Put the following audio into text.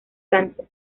sánchez